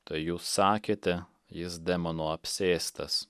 tai jūs sakėte jis demono apsėstas